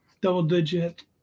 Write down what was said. double-digit